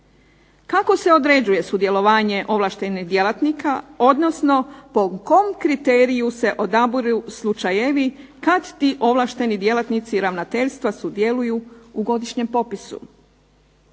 Kako se određuje sudjelovanje ovlaštenih djelatnika, odnosno po kom kriteriju se odabiru slučajevi kad ti ovlašteni djelatnici ravnateljstva sudjeluju u godišnjem popisu?